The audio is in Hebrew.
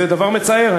זה דבר מצער.